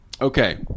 Okay